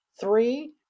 three